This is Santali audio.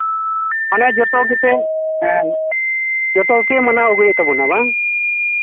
ᱢᱟᱱᱮ ᱡᱚᱛᱚ ᱜᱮᱯᱮ ᱦᱮᱸ ᱡᱚᱛᱚ ᱜᱮᱯᱮ ᱢᱟᱱᱟᱣ ᱟᱹᱜᱩᱭᱮᱫ ᱛᱟᱵᱚᱱᱟ ᱵᱟᱝ